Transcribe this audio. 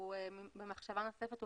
במחשבה נוספת,